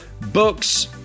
books